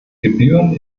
gebühren